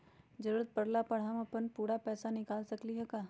जरूरत परला पर हम अपन पूरा पैसा निकाल सकली ह का?